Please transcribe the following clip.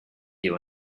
you